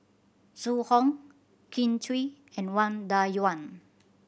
Zhu Hong Kin Chui and Wang Dayuan